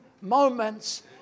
moments